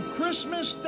Christmas